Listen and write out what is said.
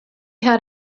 had